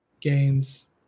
gains